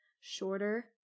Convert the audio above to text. shorter